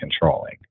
controlling